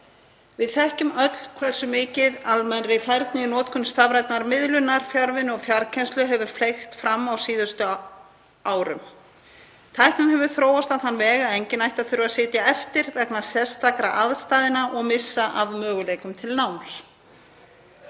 Við þekkjum öll hversu mikið almennri færni í notkun stafrænnar miðlunar, fjarvinnu og fjarkennslu hefur fleygt fram á síðustu árum. Tæknin hefur þróast á þann veg að enginn ætti að þurfa að sitja eftir vegna sérstakra aðstæðna og missa af möguleikum til náms.